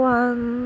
one